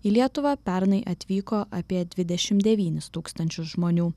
į lietuvą pernai atvyko apie dvidešim dvidevynis tūkstančius žmonių